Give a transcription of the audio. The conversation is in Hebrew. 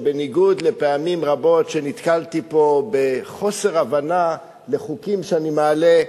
שבניגוד לפעמים רבות שנתקלתי פה בחוסר הבנה לחוקים שאני מעלה,